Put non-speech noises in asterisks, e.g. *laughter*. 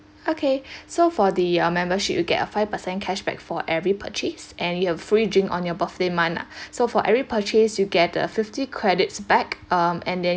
okay *breath* so for the uh membership you get a five percent cashback for every purchase and you'll have free drink on your birthday month lah *breath* so for every purchase you get a fifty credits back um and then